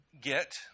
get